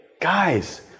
guys